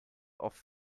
auf